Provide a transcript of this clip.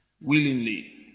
willingly